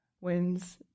wins